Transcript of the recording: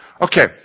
Okay